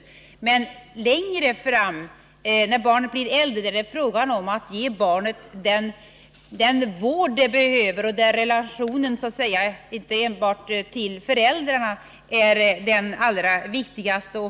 Situationen är en annan längre fram när barnet blir äldre och det är fråga om att ge barnet den vård det behöver och där relationen enbart till föräldrarna inte är den allra viktigaste.